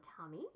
tummy